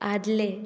आदलें